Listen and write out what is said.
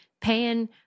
paying